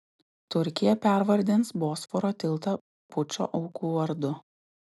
turkija pervardins bosforo tiltą pučo aukų vardu